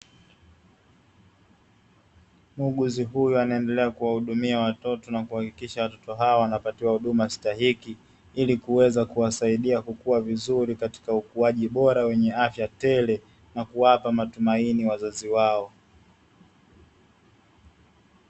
Muuguzi huyu anaendelea kuhudumia watoto, na kuhakikisha watoto hawa wanapatiwa huduma stahiki, ili kuweza kuwasaidia kukua vizuri katika ukuaji bora wenye afya tele, na kuwapa matumaini wazazi wao.